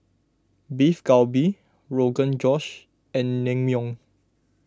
Beef Galbi Rogan Josh and Naengmyeon